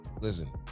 listen